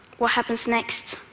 what happens next?